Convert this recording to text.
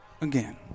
again